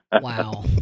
Wow